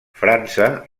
frança